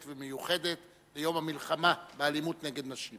המיוחדת ליום המלחמה באלימות נגד נשים,